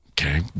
Okay